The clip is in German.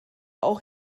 auch